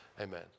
amen